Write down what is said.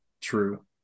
True